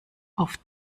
auf